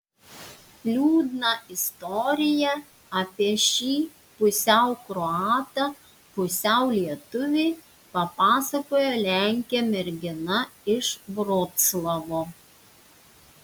liūdną istoriją apie šį pusiau kroatą pusiau lietuvį papasakojo lenkė mergina iš vroclavo